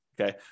Okay